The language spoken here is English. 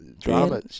drama